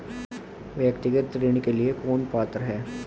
व्यक्तिगत ऋण के लिए कौन पात्र है?